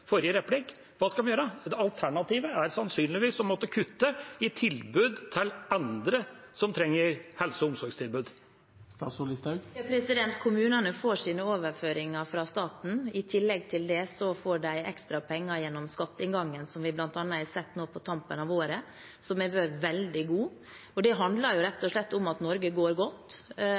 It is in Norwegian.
forrige replikk? Hva skal de gjøre? Alternativet er sannsynligvis å måtte kutte i tilbud til andre som trenger helse- og omsorgstilbud. Kommunene får sine overføringer fra staten. I tillegg til det får de ekstra penger gjennom skatteinngangen, som vi bl.a. har sett nå på tampen av året har vært veldig god. Det handler rett og slett om at Norge går godt